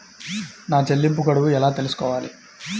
నా చెల్లింపు గడువు ఎలా తెలుసుకోవాలి?